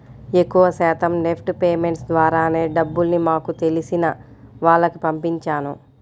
ఎక్కువ శాతం NEFT payments ద్వారానే డబ్బుల్ని మాకు తెలిసిన వాళ్లకి పంపించాను